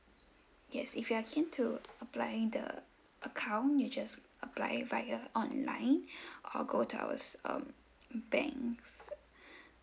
yes if you are keen to apply the account you just apply via online or go to ours um bank